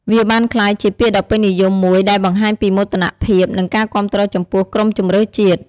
វាបានក្លាយជាពាក្យដ៏ពេញនិយមមួយដែលបង្ហាញពីមោទនភាព និងការគាំទ្រចំពោះក្រុមជម្រើសជាតិ។